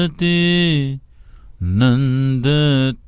the moon, the